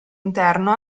interno